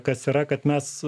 kas yra kad mes